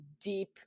deep